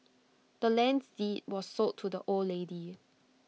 the land's deed was sold to the old lady